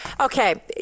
Okay